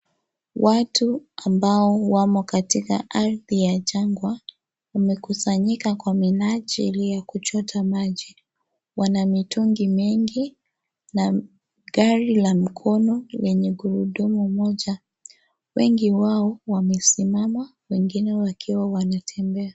Watu ambao wamo katika ardhi ya jangwa wamekusanyika kwa minajili ya kuchota maji. Wana mitungi mengi na gari la mkono lenye gurudumu moja. Wengi wao wamesimama wengine wakiwa wanatembea.